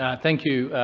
ah thank you,